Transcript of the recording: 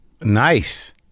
Nice